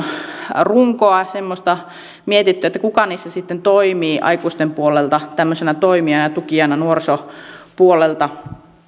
runkoa semmoista on mietitty että kuka niissä sitten toimii aikuisten puolelta tämmöisenä toimijana ja tukijana nuorisopuolelta